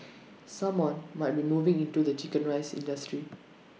someone might be moving into the Chicken Rice industry